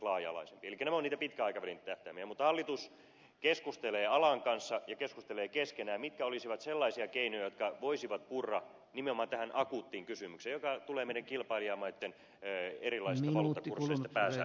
nämä ovat niitä pitkän aikavälin tähtäimiä mutta hallitus keskustelee alan kanssa ja keskustelee keskenään mitkä olisivat sellaisia keinoja jotka voisivat purra nimenomaan tähän akuuttiin kysymykseen tuleminen kilpailijamaitten ja erilaisen halu ursin pääsee